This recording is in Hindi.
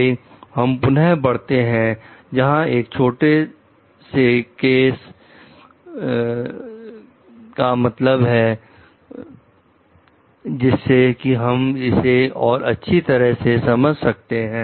आगे हम पुनः बढ़ते हैं जहां एक छोटे से केस से मतलब है जिससे कि हम इसे और अच्छी तरह से समझ सके